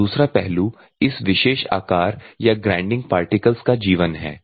और दूसरा पहलू इस विशेष आकार या ग्राइंडिंग पार्टिकल्स का जीवन है